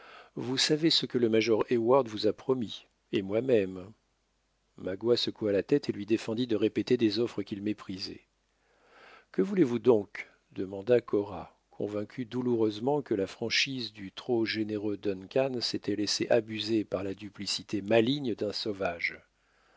vous savez ce que le major heyward vous a promis et moi-même magua secoua la tête et lui défendit de répéter des offres qu'il méprisait que voulez-vous donc demanda cora convaincue douloureusement que la franchise du trop généreux duncan s'était laissé abuser par la duplicité maligne d'un sauvage